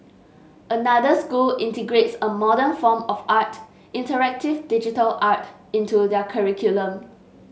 another school integrates a modern form of art interactive digital art into their curriculum